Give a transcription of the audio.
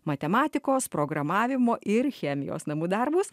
matematikos programavimo ir chemijos namų darbus